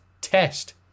Test